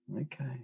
Okay